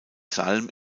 salm